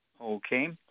Okay